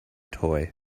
toy